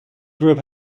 group